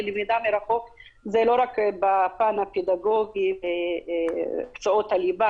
ולא רק בפן הפדגוגי ומקצועות הליבה,